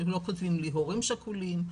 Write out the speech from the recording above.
שהם לא כותבים לי 'הורים שכולים,